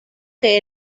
que